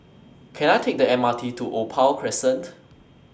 Can I Take The M R T to Opal Crescent